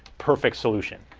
perfect solution.